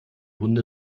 hunde